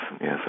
yes